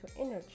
energy